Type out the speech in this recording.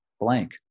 blank